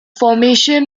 formation